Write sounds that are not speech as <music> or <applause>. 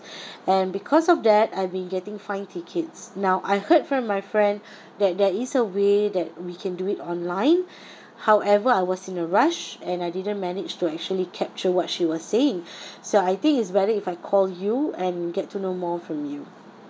<breath> and because of that I've been getting fine tickets now I heard from my friend that there is a way that we can do it online <breath> however I was in a rush and I didn't manage to actually capture what she was saying <breath> so I think it's valid if I call you and get to know more from you